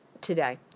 today